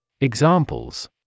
Examples